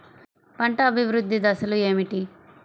పంట అభివృద్ధి దశలు ఏమిటి?